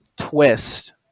twist